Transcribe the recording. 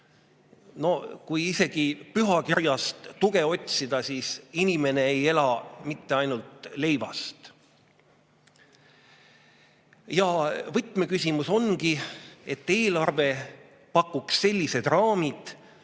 No kui isegi pühakirjast tuge otsida, siis inimene ei ela mitte ainult leivast. Ja võtmeküsimus ongi, et eelarve pakuks sellised raamid,